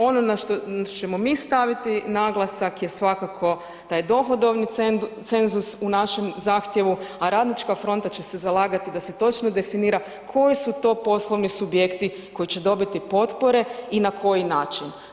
Ono na što ćemo mi staviti naglasak je svakako taj dohodovni cenzus u našem zahtjevu, a Radnička fronta će se zalagati da se točno definira koji su to poslovni subjekti koji će dobiti potpore i na koji način.